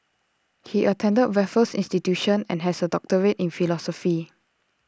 he attended Raffles institution and has A doctorate in philosophy